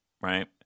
right